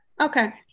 Okay